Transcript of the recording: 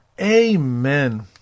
Amen